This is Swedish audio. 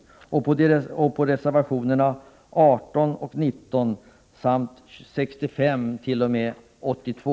Jag hemställer också om avslag på reservationerna 18 och 19 samt 65-82.